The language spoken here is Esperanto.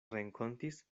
renkontis